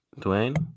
Dwayne